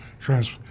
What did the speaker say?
trans